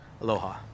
Aloha